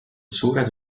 suured